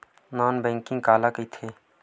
Non banking काला कइथे?